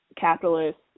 capitalist